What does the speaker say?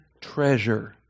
treasure